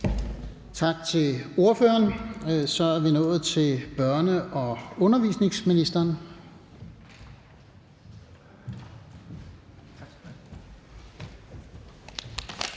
Tak til ordføreren. Så er vi nået til børne- og undervisningsministeren.